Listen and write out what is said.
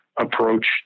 approach